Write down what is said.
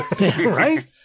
Right